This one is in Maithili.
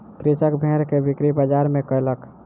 कृषक भेड़ के बिक्री बजार में कयलक